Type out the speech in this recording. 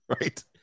right